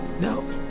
No